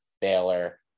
Baylor